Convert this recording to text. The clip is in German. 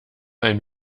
ein